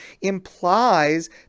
implies